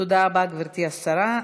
תודה רבה, גברתי השרה.